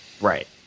right